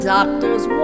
Doctors